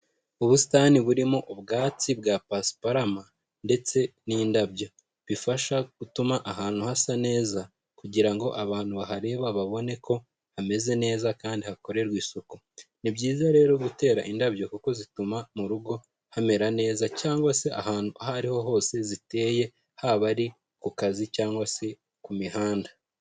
Ubusitani burimo ubwatsi bwa pasiparama ndetse n'indabyo bifasha gutuma ahantu hasa neza kugira ngo abantu bahareba babone ko hameze neza kandi hakorerwa isuku, ni byiza rero gutera indabyo kuko zituma mu rugo hamera neza cyangwa se ahantu aho ariho hose ziteye haba ari ku kazi cyangwa se ku mihanda.